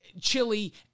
chili